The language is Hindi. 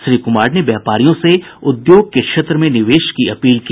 श्री कुमार ने व्यापारियों से उद्योग के क्षेत्र में निवेश की अपील की